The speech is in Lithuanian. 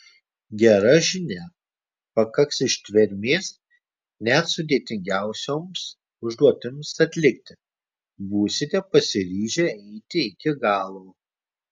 gera žinia pakaks ištvermės net sudėtingiausioms užduotims atlikti būsite pasiryžę eiti iki galo